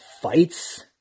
fights